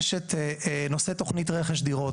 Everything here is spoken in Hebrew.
יש את נושא תוכנית רכש דירות.